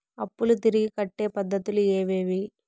అప్పులు తిరిగి కట్టే పద్ధతులు ఏవేవి